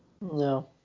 No